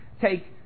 take